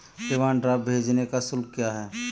Demand draft भेजने का शुल्क क्या है?